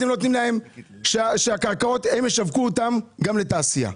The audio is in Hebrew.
אתם מאפשרים שהם ישווקו את הקרקעות גם לתעשייה,